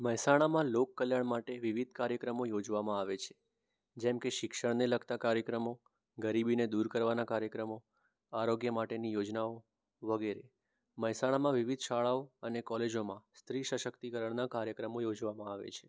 મહેસાણામાં લોક કલ્યાણ માટે વિવિધ કાર્યક્રમો યોજવામાં આવે છે જેમ કે શિક્ષણને લગતા કાર્યક્રમો ગરીબીને દૂર કરવાના કાર્યક્રમો આરોગ્ય માટેની યોજનાઓ વગેરે મહેસાણામાં વિવિધ શાળાઓ અને કોલેજોમાં સ્ત્રી સશક્તિકરણના કાર્યક્રમો યોજવામાં આવે છે